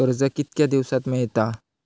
कर्ज कितक्या दिवसात मेळता?